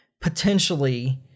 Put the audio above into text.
potentially